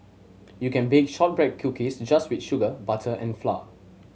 you can bake shortbread cookies just with sugar butter and flour